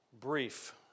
brief